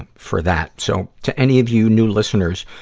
for that. so, to any of you new listeners,